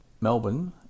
melbourne